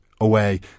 away